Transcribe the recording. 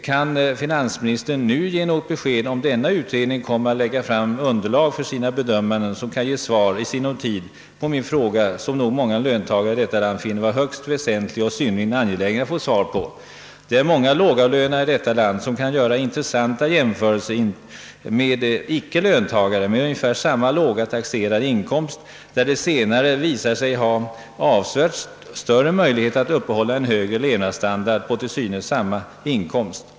Kan finansministern nu ge något besked, om denna utredning kommer att lägga fram underlag för sina bedömanden som kan ge svar — i sinom tid — på min fråga, som nog många löntagare i detta land finner vara högst väsentlig och synnerligen angelägen att få svar på. Det är många lågavlönade: i detta land som kan göra intressanta jämförelser med icke-löntagare med ungefär samma låga taxerade inkomst,. där de senare visar sig ha avsevärt större möjligheter att uppehålla en högre levnadsstandard på till synes samma: inkomst.